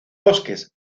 bosques